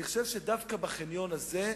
אני חושב שדווקא בחניון הזה,